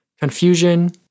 confusion